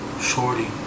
Shorty